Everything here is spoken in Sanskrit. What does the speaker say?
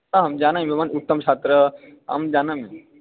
आं जानामि भवान् उत्तमः छात्रः अहं जानामि